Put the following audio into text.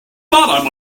thought